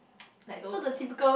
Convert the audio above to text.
like those